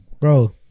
bro